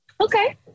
Okay